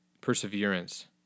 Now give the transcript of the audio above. perseverance